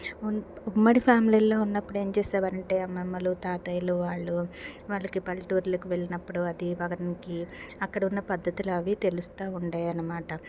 ఉ ఉమ్మడి ఫ్యామిలిల్లో ఉన్నపుడు ఏం చేసేవారంటే అమ్మమ్మలు తాతయ్యలు వాళ్ళు వాళ్ళకి పల్లెటూర్లకి వెళ్ళినప్పుడు అది వాళ్ళకి అక్కడ ఉన్న పద్ధతులవి తెలుస్తూ ఉండేయనమాట